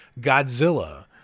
Godzilla